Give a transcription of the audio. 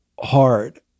hard